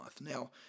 Now